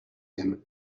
him